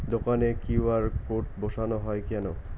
দোকানে QR code বসানো হয় কেন?